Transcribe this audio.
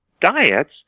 diets